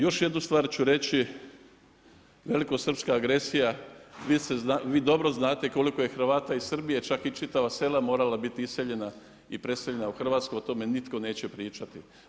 Još jednu stvar ću reći velikosrpska agresija, vi dobro znate koliko je Hrvata iz Srbije čak i čitava sela morala biti iseljena u Hrvatsku, o tome nitko neće pričati.